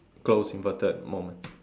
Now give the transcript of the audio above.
close inverted moment